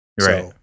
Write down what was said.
Right